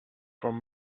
from